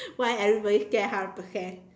why everybody get hundred percent